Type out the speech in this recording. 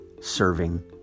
Serving